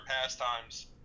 pastimes